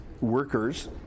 workers